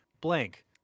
blank